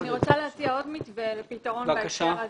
אני רוצה להציע עוד מתווה לפתרון בהקשר הזה.